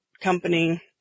company